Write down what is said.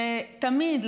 תמיד,